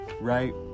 Right